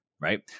right